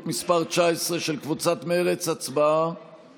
של קבוצת סיעת מרצ לסעיף